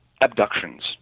abductions